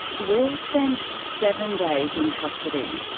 will spent seven days in custody.